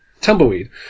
Tumbleweed